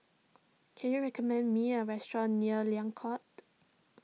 can you recommend me a restaurant near Liang Court